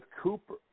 Cooper